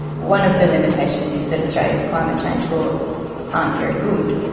one of the limitations is that australia's climate change laws aren't very good,